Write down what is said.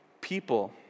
people